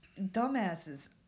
dumbasses